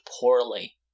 poorly